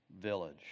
village